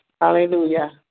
Hallelujah